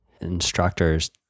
instructors